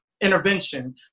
intervention